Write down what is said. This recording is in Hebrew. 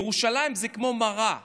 ירושלים זה כמו מראה